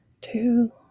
two